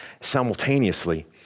simultaneously